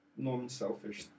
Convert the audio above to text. Non-selfish